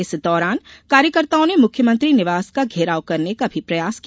इस दौरान कार्यकर्ताओ ने मुख्यमंत्री निवास का घेराव करने का भी प्रयास किया